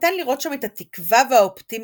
ניתן לראות שם את התקווה והאופטימיות